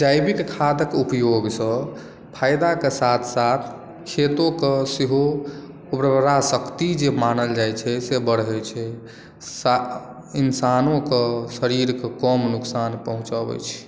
जैविक खादक उपयोग सॅं फायदा के साथ साथ खेतो के सेहो उर्वरा शक्ति जे मानल जाइत छै से बढै छै इंसानो के शरीर के कम नुक्सान पहुचऽबै छै